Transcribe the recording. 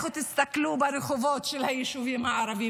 לכו תסתכלו ברחובות של היישובים הערביים,